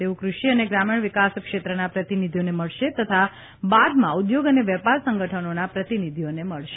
તેઓ ક્રષિ અને ગ્રામીણવિકાસ ક્ષેત્રના પ્રતિનિધિઓને મળશે તથા બાદમાં ઉદ્યોગ અને વેપાર સંગઠનોના પ્રતિનિધિઓને મળશે